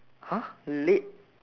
!huh! late